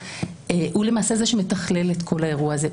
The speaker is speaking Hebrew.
הוא למעשה זה שמתכלל את כל האירוע הזה,